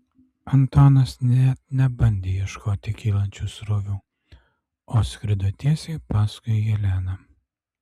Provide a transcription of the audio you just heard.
antuanas net nebandė ieškoti kylančių srovių o skrido tiesiai paskui heleną